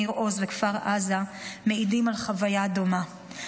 ניר עוז וכפר עזה מעידים על חוויה דומה,